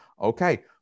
Okay